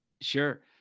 Sure